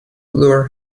lure